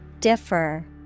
differ